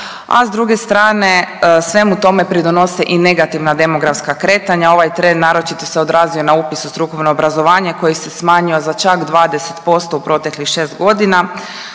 a s druge strane svemu tome pridonose i negativna demografska kretanja. Ovaj trend naročito se odrazio na upis u strukovno obrazovanje koji se smanjio za čak 20% u proteklih 6.g.,